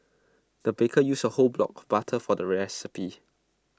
the baker used A whole block of butter for the recipe